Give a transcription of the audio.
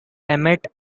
emmett